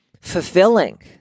fulfilling